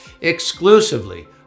exclusively